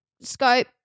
scope